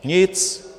Nic.